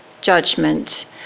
judgment